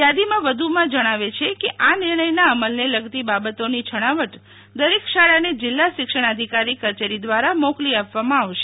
યાદી વધુમાં જણાવે છે કે આ નિર્ણયના અમલને લગતી બાબતોની છણાવટ દરેક શાળાને જિલ્લા શિક્ષણાધિકારી કચેરી દ્વારા મોકલી આપવામાં આવશે